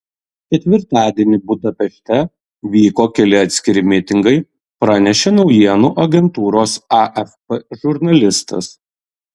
ketvirtadienį budapešte vyko keli atskiri mitingai pranešė naujienų agentūros afp žurnalistas